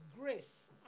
grace